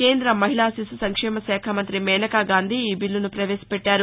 కేంద్ర మహిళా శిశు సంక్షేమశాఖ మంత్రి మేనకా గాంధీ ఈ బీల్లును పవేశపెట్లారు